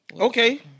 Okay